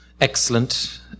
Excellent